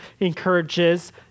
encourages